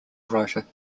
writer